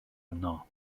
yno